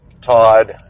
Todd